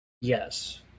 Yes